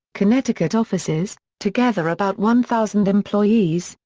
connecticut offices, together about one thousand employees,